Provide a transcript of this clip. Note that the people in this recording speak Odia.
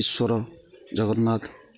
ଈଶ୍ୱର ଜଗନ୍ନାଥ